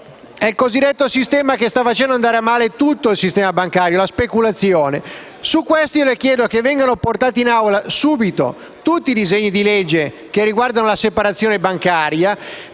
è il cosiddetto sistema che sta facendo andare a male tutto il sistema bancario: la speculazione. Su questo io le chiedo che vengano portati in Assemblea, subito, tutti i disegni di legge che riguardano la separazione bancaria,